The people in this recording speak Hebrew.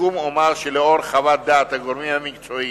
לסיכום אומר, שלאור חוות דעת הגורמים המקצועיים,